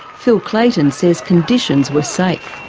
phil clayton says conditions were safe.